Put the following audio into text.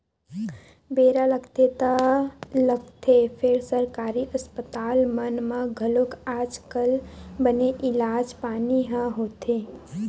बेरा लगथे ता लगथे फेर सरकारी अस्पताल मन म घलोक आज कल बने इलाज पानी ह होथे